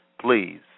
please